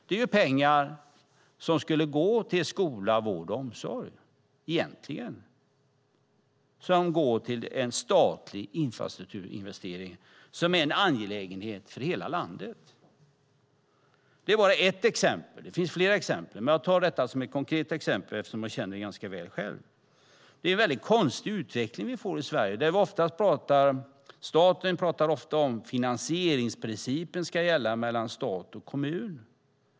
Det är pengar som egentligen skulle gå till skola, vård och omsorg som går till en statlig infrastrukturinvestering som är en angelägenhet för hela landet. Det är bara ett exempel. Det finns fler exempel. Men jag tar detta som ett konkret exempel eftersom jag känner till det ganska väl. Det är en mycket konstig utveckling som vi får i Sverige. Staten talar ofta om att finansieringsprincipen ska gälla mellan stat och kommun.